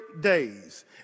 days